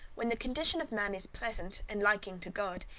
when the condition of man is pleasant and liking to god,